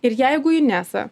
ir jeigu inesa